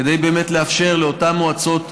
כדי לאפשר באמת לאותן מועצות,